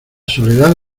soledad